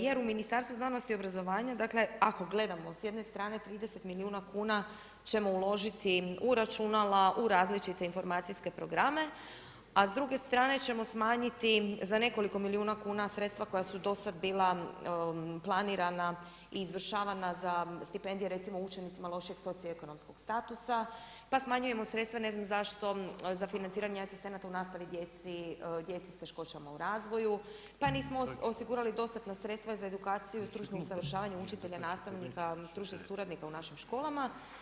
Jer u Ministarstvu znanosti i obrazovanja, dakle, ako gledamo s jedne strane 30 milijuna kuna ćemo uložiti u računala u različite informacijske programe, a s druge strane ćemo smanjiti za nekoliko milijuna kuna sredstva koja su do sada bila planirana i izvršavana recimo stipendije učenicima lošeg socijalno ekonomskog statusa pa smanjujemo sredstva ne znam zašto, za financiranje asistenata u nastavi djeci sa poteškoćama u razvoju, pa nismo osigurala dostatna sredstva za edukaciju i stručnim usavršavanjem učitelja , nastavnika, stručnih suradnika u našim školama.